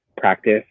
practice